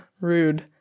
rude